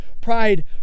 pride